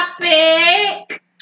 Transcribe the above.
topic